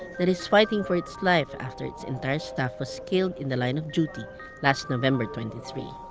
that is fighting for its life after its entire staff was killed in the line of duty last november twenty three.